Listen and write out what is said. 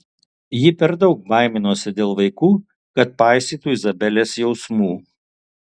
ji per daug baiminosi dėl vaikų kad paisytų izabelės jausmų